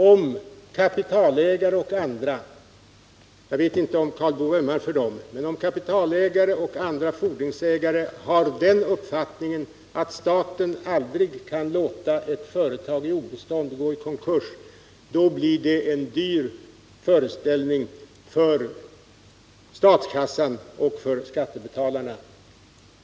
Om kapitalägare — jag vet inte om Karl Boo ömmar för dem — och andra fordringsägare har uppfattningen att staten aldrig kan tillåta att ett företag i obestånd går i konkurs, så måste jag säga att det skulle bli en dyr föreställning för statskassan och för skattebetalarna.